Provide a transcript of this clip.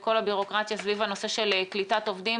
הבירוקרטיה סביב הנושא של קליטת עובדים.